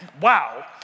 Wow